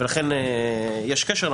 ולכן יש קשר.